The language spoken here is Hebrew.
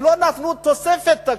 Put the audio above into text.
הם לא נתנו תוספת תקציב.